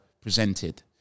presented